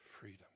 freedom